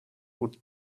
would